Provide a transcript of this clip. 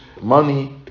money